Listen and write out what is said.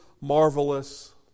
marvelous